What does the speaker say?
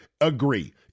agree